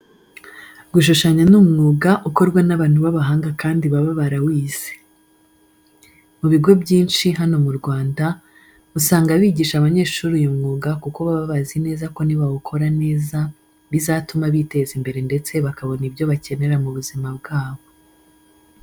Gushushanya ni umwuga ukorwa n'abantu b'abahanga kandi baba barawize. Mu bigo byinshi hano mu Rwanda, usanga bigisha abanyeshuri uyu mwuga kuko baba bazi neza ko nibawukora neza bizatuma biteza imbere ndetse bakabona ibyo bakenera mu buzima bwabo.